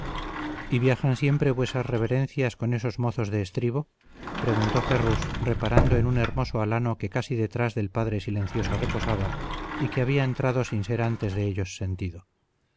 y viajan siempre vuesas reverendas con esos mozos de estribo preguntó ferrus reparando en un hermoso alano que casi detrás del padre silencioso reposaba y que había entrado sin ser antes de ellos sentido